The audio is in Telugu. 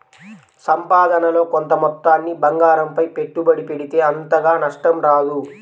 సంపాదనలో కొంత మొత్తాన్ని బంగారంపై పెట్టుబడి పెడితే అంతగా నష్టం రాదు